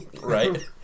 Right